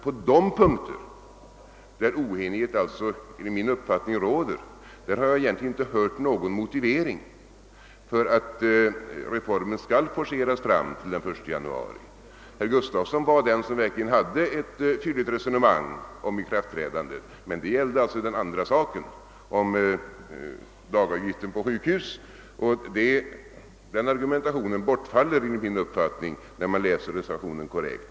På de punkter där oenighet enligt min uppfattning råder har jag egentligen inte hört någon motivering för att reformen skall forceras fram till den 1 januari. Herr Gustavsson i Alvesta var den som verkligen förde ett utförligt resonemang om ikraftträdandet, men det gällde ju dagavgiften på sjukhus, och den argumentationen bortfaller enligt min mening om man läser reservationen korrekt.